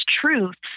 truths